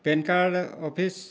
PAN card office